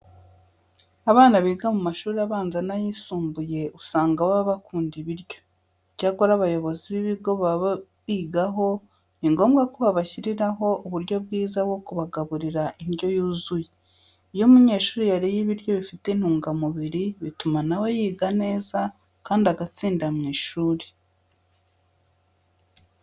Abana biga mu mashuri abanza n'ayisumbuye usanga baba bakunda ibiryo. Icyakora abayobozi b'ibigo baba bigaho ni ngombwa ko babashyiriraho uburyo bwiza bwo kubagaburira indyo yuzuye. Iyo umunyeshuri yariye ibiryo bifite intungamubiri bituma na we yiga neza kandi agatsinda mu ishuri.